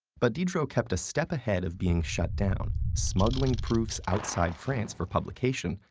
but diderot kept a step ahead of being shut down, smuggling proofs outside france for publication,